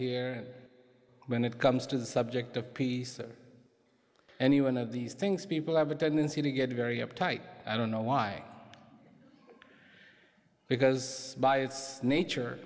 here when it comes to the subject of peace any one of these things people have a tendency to get very uptight i don't know why because by its nature